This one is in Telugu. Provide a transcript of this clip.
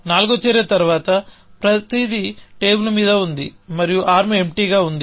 నాల్గవ చర్య తరువాత ప్రతిదీ టేబుల్ మీద ఉంది మరియు ఆర్మ్ ఎంప్టీగా ఉంది